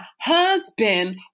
husband